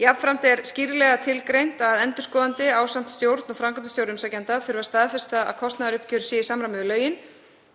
Jafnframt er skýrlega tilgreint að endurskoðandi þurfi ásamt stjórn og framkvæmdastjóra umsækjanda að staðfesta að kostnaðaruppgjör sé í samræmi við lögin